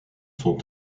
sont